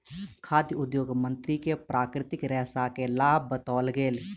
खाद्य उद्योग मंत्री के प्राकृतिक रेशा के लाभ बतौल गेल